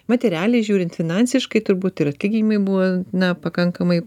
materialiai žiūrint finansiškai turbūt ir atlyginimai buvo na pakankamai